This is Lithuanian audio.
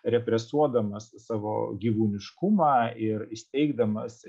represuodamas savo gyvūniškumą ir įsteigdamas